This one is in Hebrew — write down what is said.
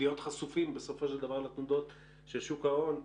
חשופים בסופו של דבר לתנודות של שוק ההון.